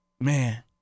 man